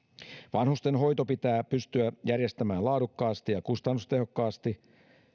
vanhustenhoito pitää pystyä järjestämään laadukkaasti ja kustannustehokkaasti